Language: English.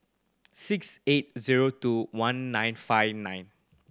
six eight zero two one nine five nine